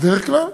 בדרך כלל,